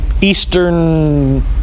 eastern